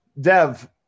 Dev